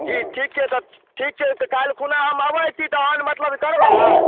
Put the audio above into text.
जी ठीक छै तऽ ठीक छै तऽ कल्हि खुना हम अबैत छी तहन मतलब करबै